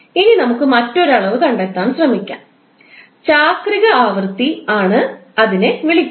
ഇനി നമുക്ക് മറ്റൊരു അളവ് കണ്ടെത്താൻ ശ്രമിക്കാം ചാക്രിക ആവൃത്തി ആണ് അതിനെ വിളിക്കുന്നത്